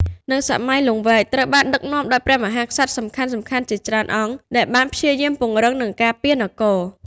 នៅសម័យលង្វែកត្រូវបានដឹកនាំដោយព្រះមហាក្សត្រសំខាន់ៗជាច្រើនអង្គ ដែលបានព្យាយាមពង្រឹង និងការពារនគរ។